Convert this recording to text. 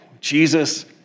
Jesus